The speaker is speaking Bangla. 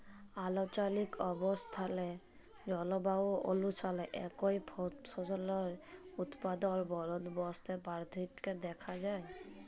আলচলিক অবস্থাল অ জলবায়ু অলুসারে একই ফসলের উৎপাদল বলদবস্তে পার্থক্য দ্যাখা যায়